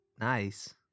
Nice